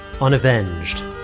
Unavenged